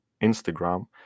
Instagram